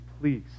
please